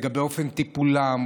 לגבי אופן הטיפול בהם,